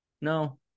No